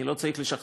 אני לא צריך לשכנע,